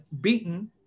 beaten